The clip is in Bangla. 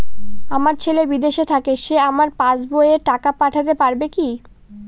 আমার ছেলে বিদেশে থাকে সে আমার পাসবই এ টাকা পাঠাতে পারবে কি?